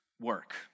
work